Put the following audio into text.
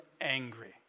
angry